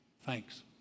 Thanks